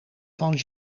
van